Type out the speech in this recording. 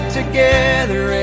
together